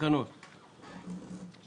מי נגד?